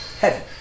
heaven